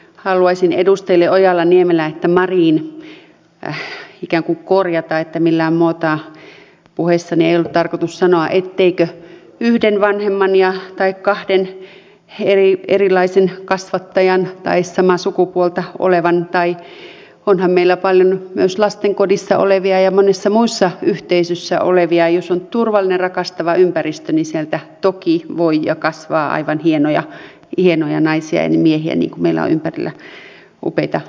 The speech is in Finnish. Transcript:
haluaisin edustajille ojala niemelä ja marin ikään kuin korjata että millään muotoa puheessani ei ollut tarkoitus sanoa etteikö yhden vanhemman tai kahden erilaisen kasvattajan tai samaa sukupuolta olevan tai onhan meillä paljon myös lastenkodissa olevia ja monessa muussa yhteisössä olevia jos on turvallinen rakastava ympäristö niin sieltä toki voi kasvaa ja kasvaakin aivan hienoja naisia ja miehiä niin kuin meillä on ympärillä upeita esimerkkejä